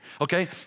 Okay